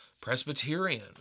Presbyterian